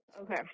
Okay